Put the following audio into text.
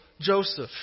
Joseph